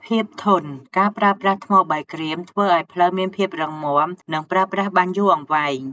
ភាពធន់ ការប្រើប្រាស់ថ្មបាយក្រៀមធ្វើឲ្យផ្លូវមានភាពរឹងមាំ និងប្រើប្រាស់បានយូរអង្វែង។